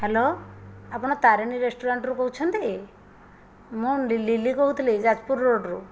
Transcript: hello ଆପଣ ତାରିଣୀ ରେଷ୍ଟୁରାଣ୍ଟରୁ କହୁଛନ୍ତି ମୁଁ ଲିଲି କହୁଥିଲି ଯାଜପୁର ରୋଡ଼ରୁ